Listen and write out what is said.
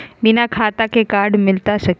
बिना खाता के कार्ड मिलता सकी?